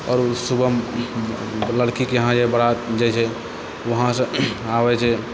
आओर सुबहमे लड़कीके इहाँ बारात जाइ छै वहाँसँ आबै छै